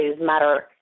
matter